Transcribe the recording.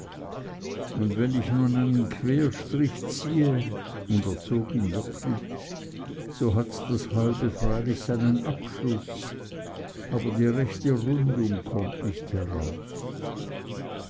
und wenn ich nun einen querstrich ziehe und er zog ihn wirklich so hat das halbe freilich seinen abschluß aber die rechte rundung kommt nicht heraus